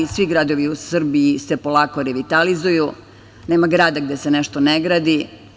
Svi gradovi u Srbiji se polako revitalizuju, nema grada gde se nešto ne gradi.